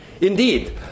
Indeed